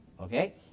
okay